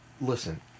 listen